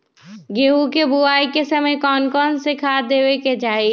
गेंहू के बोआई के समय कौन कौन से खाद देवे के चाही?